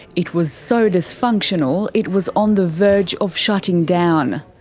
it was so dysfunctional, it was on the verge of shutting down.